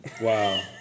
Wow